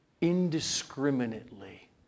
indiscriminately